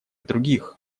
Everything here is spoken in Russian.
других